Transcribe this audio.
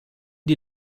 die